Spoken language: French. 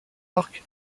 arcs